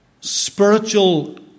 spiritual